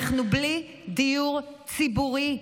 אנחנו בלי דיור ציבורי.